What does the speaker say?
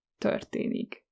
történik